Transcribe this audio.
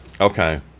okay